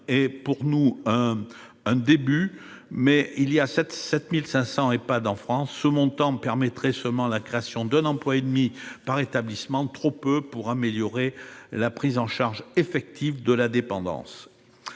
n'est pour nous qu'un début. Il y a 7 500 Ehpad en France, et ce montant ne permettrait de créer qu'un emploi et demi par établissement, trop peu pour améliorer la prise en charge effective de la dépendance.